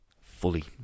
Fully